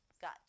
got